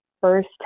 first